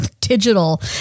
digital